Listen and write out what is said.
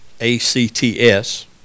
A-C-T-S